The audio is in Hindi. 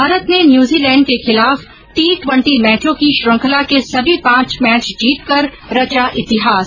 भारत ने न्यूजीलैण्ड के खिलाफ टी ट्वेंटी मैचों की श्रुखंला के सभी पांच मैच जीतकर रचा इतिहास